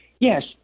Yes